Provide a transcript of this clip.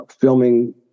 filming